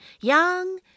young